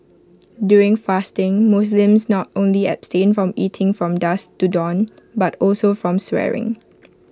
during fasting Muslims not only abstain from eating from dusk to dawn but also from swearing